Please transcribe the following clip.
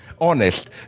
honest